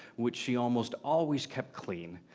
which she almost always kept clean.